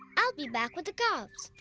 i'll be back with the calves.